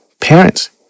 parents